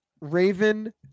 Raven